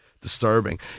disturbing